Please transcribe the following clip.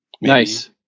Nice